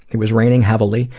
it was raining heavily,